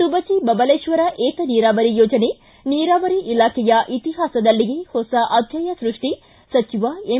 ತುಬಚಿ ಬಬಲೇಶ್ವರ ಏತನೀರಾವರಿ ಯೋಜನೆ ನೀರಾವರಿ ಇಲಾಖೆ ಇತಿಹಾಸದಲ್ಲಿಯೇ ಹೊಸ ಅಧ್ಹಾಯ ಸೃಷ್ಟಿ ಸಚಿವ ಎಂ